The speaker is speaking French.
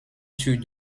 sur